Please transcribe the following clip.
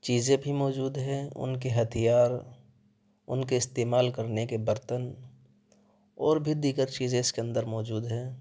چیزیں بھی موجود ہے ان کے ہتھیار ان کے استعمال کرنے کے برتن اور بھی دیگر چیزیں اس کے اندر موجود ہیں